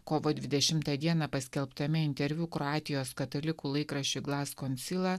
kovo dvidešimtą dieną paskelbtame interviu kroatijos katalikų laikraščiui glaskoncila